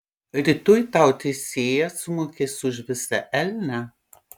rytoj tau teisėjas sumokės už visą elnią